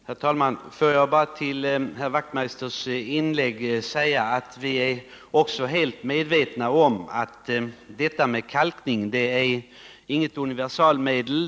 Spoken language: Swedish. Herr talman! Får jag bara med anledning av Hans Wachtmeisters inlägg säga att vi också är helt medvetna om att kalkning inte är något universalmedel.